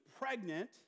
pregnant